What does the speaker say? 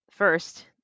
First